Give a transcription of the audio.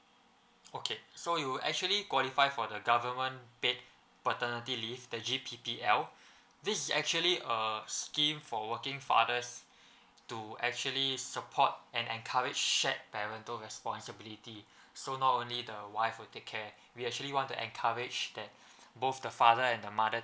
okay so you actually qualify for the government paid paternity leave the G_P_P_L this is actually a scheme for working fahers to actually support and encourage shared parental responsibility so not only the wife will take care we actually want to encourage that both the father and the mother